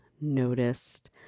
noticed